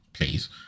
please